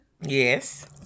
Yes